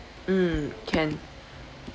mm can